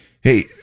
Hey